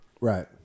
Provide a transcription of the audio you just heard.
Right